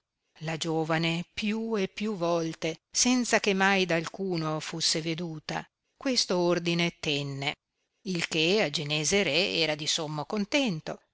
la giovane più e più volte senza che mai da alcuno fusse veduta questo ordine tenne il che a genese re era di sommo contento